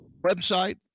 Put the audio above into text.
website